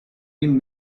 been